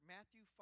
Matthew